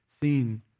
seen